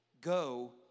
Go